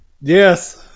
Yes